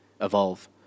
evolve